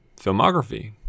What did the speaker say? filmography